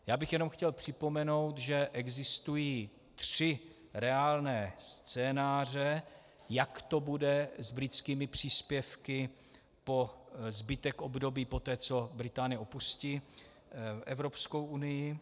Já bych jenom chtěl připomenout, že existují tři reálné scénáře, jak to bude s britskými příspěvky po zbytek období, poté co Británie opustí Evropskou unii.